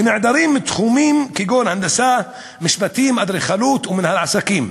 אבל במגזר הערבי הפער הוא יותר עמוק.